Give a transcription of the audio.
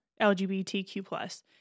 LGBTQ+